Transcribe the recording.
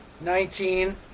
nineteen